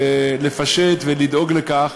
לפשט ולדאוג לכך,